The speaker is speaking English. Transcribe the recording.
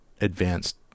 advanced